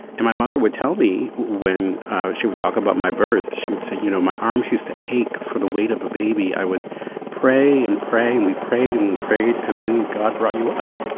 and my mother would tell me when she would talk about my birth, she would say, you know, my arms used to ache for the weight of a baby. i would pray and pray, and we prayed and we prayed. and then god brought you us.